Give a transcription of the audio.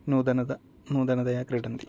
नूतनं नूतनतया क्रीडन्ति